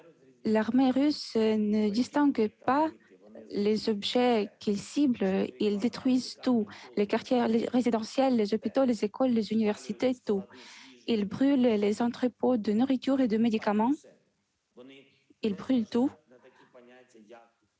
L'armée russe ne distingue pas les lieux qu'elle cible : elle détruit tout, les quartiers résidentiels, les hôpitaux, les écoles, les universités- tout. Elle brûle tout : les entrepôts de nourriture et de médicaments- tout.